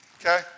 okay